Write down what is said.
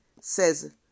says